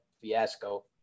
fiasco